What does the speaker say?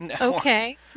Okay